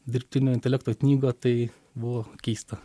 dirbtinio intelekto knygą tai buvo keista